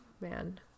Man